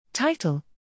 Title